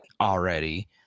already